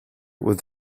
with